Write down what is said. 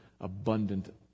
abundant